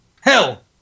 Hell